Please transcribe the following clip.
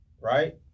right